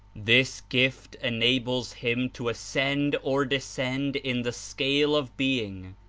this gift enables him to ascend or descend in the scale of being.